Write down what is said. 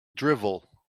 drivel